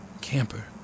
camper